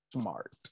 smart